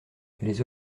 les